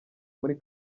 muri